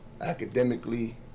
Academically